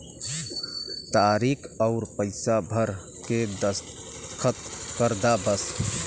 तारीक अउर पइसा भर के दस्खत कर दा बस